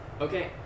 Okay